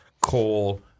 coal